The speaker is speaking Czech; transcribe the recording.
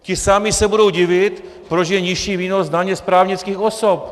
Ti samí se budou divit, proč je nižší výnos daně z právnických osob.